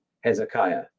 Hezekiah